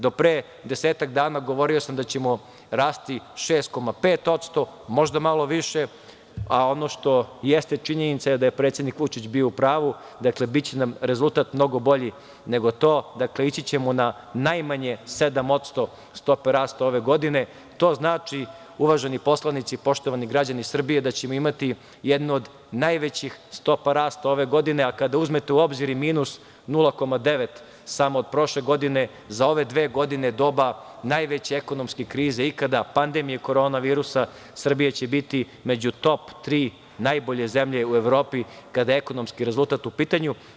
Do pre desetak dana govorio sam da ćemo rasti 6,5%, možda malo više, a ono što jeste činjenica je da je predsednik Vučić bio u pravu, dakle, biće nam rezultat mnogo bolji, ići ćemo na najmanje 7% stope rasta ove godine, što znači, uvaženi poslanici i poštovani građani Srbije, da ćemo imati jednu od najvećih stopa rasta ove godine, a kada uzmete u obzir i minus 0,9 samo od prošle godine, za ove dve godine doba najveće ekonomske krize ikada, pandemije korona virusa, Srbija će biti među top tri najbolje zemlje u Evropi kada je ekonomski rezultat u pitanju.